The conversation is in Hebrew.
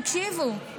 תקשיבו,